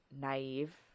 naive